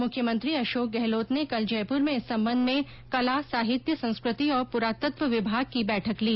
मुख्यमंत्री अशोक गहलोत ने कल जयपूर में इस संबंध में कला साहित्य संस्कृति और प्ररातत्व विभाग की बैठक ली